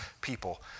people